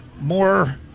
more